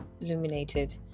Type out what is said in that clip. illuminated